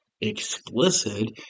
explicit